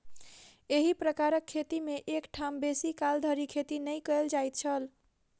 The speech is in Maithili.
एही प्रकारक खेती मे एक ठाम बेसी काल धरि खेती नै कयल जाइत छल